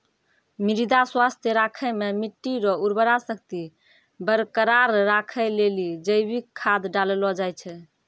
मृदा स्वास्थ्य राखै मे मट्टी रो उर्वरा शक्ति बरकरार राखै लेली जैविक खाद डाललो जाय छै